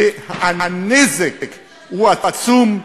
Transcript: שהנזק שלהם הוא עצום,